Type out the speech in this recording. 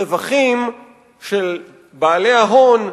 הרווחים של בעלי ההון,